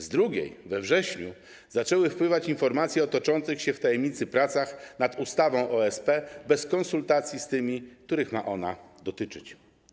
Z drugiej strony we wrześniu zaczęły napływać informacje o toczących się w tajemnicy pracach nad ustawą o OSP, bez konsultacji z tymi, których ma ona dotyczyć.